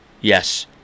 Yes